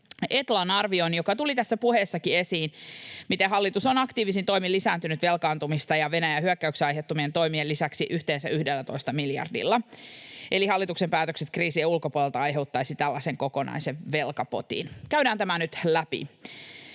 Etlan arvioon — joka tuli tässä puheessakin esiin — siitä, miten hallitus on aktiivisin toimin lisännyt velkaantumista Venäjän hyökkäyksen aiheuttamien toimien lisäksi yhteensä 11 miljardilla, eli hallituksen päätökset kriisien ulkopuolelta aiheuttaisivat tällaisen kokonaisen velkapotin. Käydään tämä nyt läpi: